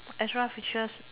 extra features